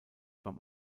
beim